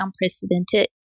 unprecedented